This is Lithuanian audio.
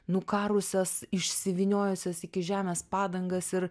nukarusias išsivyniojusias iki žemės padangas ir